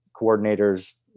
coordinators